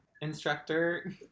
instructor